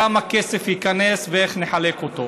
כמה כסף ייכנס ואיך נחלק אותו.